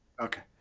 Okay